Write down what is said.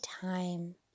time